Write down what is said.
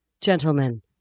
gentlemen